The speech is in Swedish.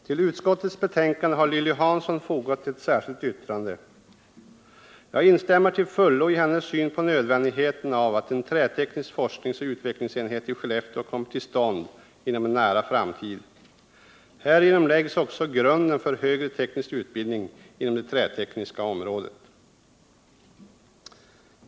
Till utskottets betänkande har Lilly Hansson fogat ett särskilt yttrande. Jag instämmer till fullo i hennes syn på nödvändigheten av att en träteknisk forskningsoch utvecklingsenhet i Skellefteå kommer till stånd inom en nära framtid. Härigenom läggs också grunden för högre teknisk utbildning inom det trätekniska området.